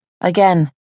Again